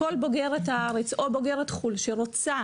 כל בוגרת הארץ, או בוגרת חו"ל שרוצה